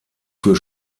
für